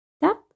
tap